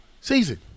season